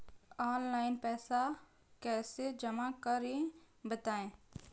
Online पैसा कैसे जमा करें बताएँ?